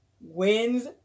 wins